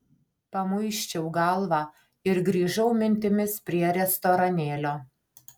pamuisčiau galvą ir grįžau mintimis prie restoranėlio